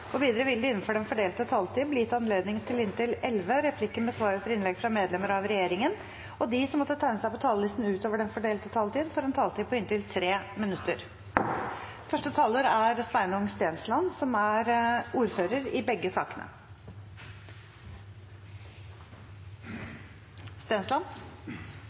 Videre vil det – innenfor den fordelte taletid – bli gitt anledning til inntil seks replikker med svar etter innlegg fra medlemmer av regjeringen, og de som måtte tegne seg på talerlisten utover den fordelte taletid, får også en taletid på inntil 3 minutter. Jeg vil starte med å takke komiteen for et godt samarbeid. Dette er